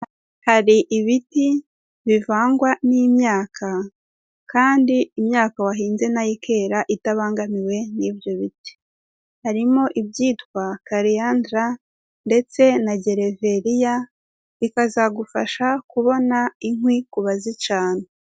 Hari ibiti bivangwa n'imyaka kandi imyaka wahinze na yo ikera itabangamiwe n'ibyo biti, harimo ibyitwa kariyandara ndetse na gereveriya, ikazagufasha kubona inkwi ku bazicana.